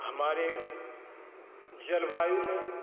हमारे जलवायु में